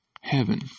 heaven